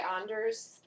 Anders